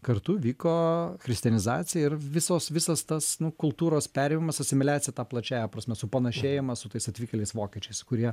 kartu vyko christianizacija ir visos visas tas nu kultūros perėjimas asimiliacija ta plačiąja prasme supanašėjimas su tais atvykėliais vokiečiais kurie